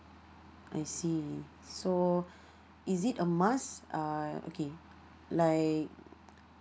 I see so is it a must uh okay like